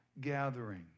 gathering